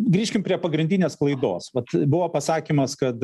grįžkim prie pagrindinės klaidos vat buvo pasakymas kad